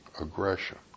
aggression